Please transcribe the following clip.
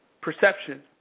perception